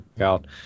out